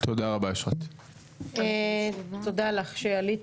(3)מספר ההפרות של צווים כאמור בפסקה (1); (4)מספר ההליכים